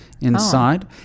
inside